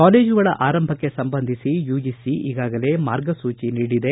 ಕಾಲೇಜುಗಳ ಆರಂಭಕ್ಕೆ ಸಂಬಂಧಿಸಿ ಯುಜಿಸಿ ಈಗಾಗಲೇ ಮಾರ್ಗಸೂಚಿಯನ್ನು ನೀಡಿದೆ